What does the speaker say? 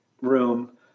room